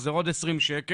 אז זה עוד עשרים שקל,